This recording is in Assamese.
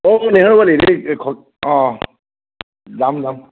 অ' নেহেৰুবালিত অ যাম যাম